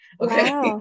Okay